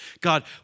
God